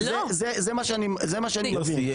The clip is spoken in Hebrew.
זה מה שאני מבין.